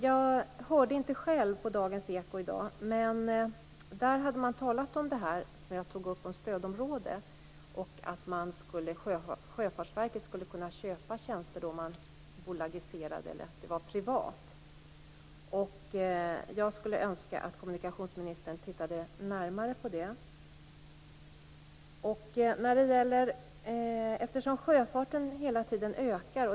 Jag hörde inte själv på Dagens Eko i dag, men där hade man talat om det som jag tog upp om stödområde och att Sjöfartsverket skulle kunna köpa tjänster om man bolagiserar det eller om det var privat. Jag skulle önska att kommunikationsministern tittade närmare på det. Sjöfarten ökar hela tiden.